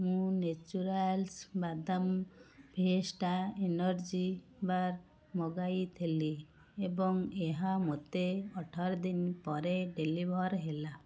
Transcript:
ମୁଁ ନ୍ୟାଚୁରାଲ୍ସ ବାଦାମ Fiesta energy bar ମଗାଇଥିଲି ଏବଂ ଏହା ମୋତେ ଅଠର ଦିନ ପରେ ଡେଲିଭର୍ ହେଲା